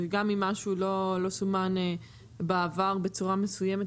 גם אם משהו לא סומן בעבר בצורה מסוימת,